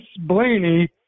Blaney